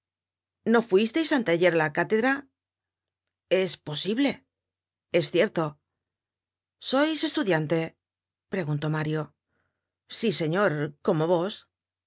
no fuisteis anteayer á la cátedra es posible es cierto sois estudiante preguntó mario sí señor como vos